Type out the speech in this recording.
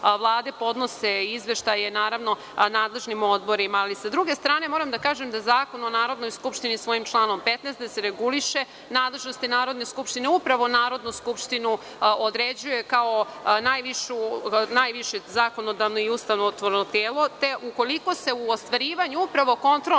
Vlade podnose izveštaje nadležnim odborima. Sa druge strane, moram da kažem Zakon o Narodnoj skupštini svojim članom 15, koji reguliše nadležnosti Narodne skupštine, upravo Narodnu skupštinu određuje kao najviše zakonodavno i ustavotvorno telo, te ukoliko se ostvarivanje kontrolne